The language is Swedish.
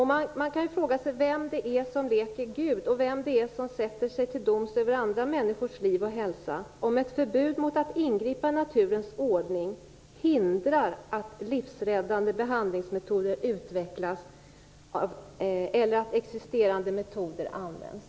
Man kan fråga sig vem det är som leker Gud och vem som sätter sig till doms över andra människors liv och hälsa om ett förbud mot att ingripa i naturens ordning hindrar att livsräddande behandlingsmetoder utvecklas eller att existerande metoder används.